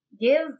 give